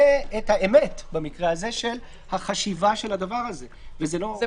(הישיבה נפסקה בשעה 13:20 ונתחדשה בשעה 14:15 אנחנו מחדשים את הישיבה.